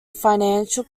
financial